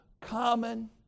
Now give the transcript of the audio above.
common